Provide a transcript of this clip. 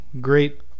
great